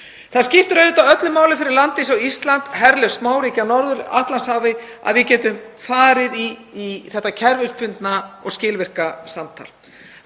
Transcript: Það skiptir auðvitað öllu máli fyrir land eins og Ísland, herlaust smáríki í Norður-Atlantshafi, að við getum farið í þetta kerfisbundna og skilvirka samtal.